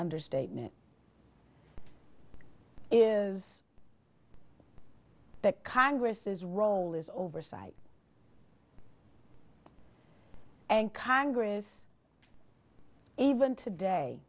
understatement is that congress is role is oversight and congress even today